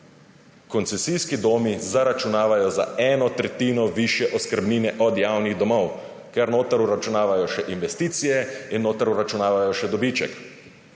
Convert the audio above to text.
koncesijski domovi zaračunavajo za eno tretjino višje oskrbnine od javnih domov, ker notri vračunavajo še investicije in notri vračunavajo še dobiček.